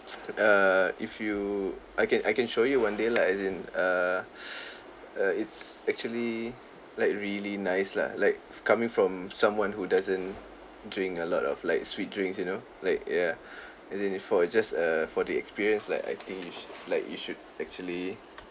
err if you I can I can show you one day lah as in err uh it's actually like really nice lah like coming from someone who doesn't drink a lot of like sweet drinks you know like yeah as in for just err for the experience like I think you should like you should actually